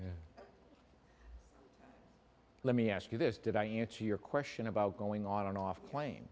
me let me ask you this did i answer your question about going on an off plane